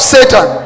Satan